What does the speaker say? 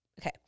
Okay